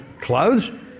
clothes